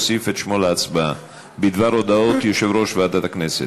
להצבעה בדבר הודעות יושב-ראש ועדת הכנסת.